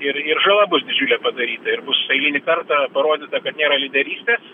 ir ir žala bus didžiulė padaryta ir bus eilinį kartą parodyta kad nėra lyderystės